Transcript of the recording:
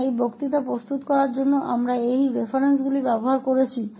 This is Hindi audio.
तो ये वे संदर्भ हैं जिनका उपयोग हमने इस व्याख्यान को तैयार करने के लिए किया है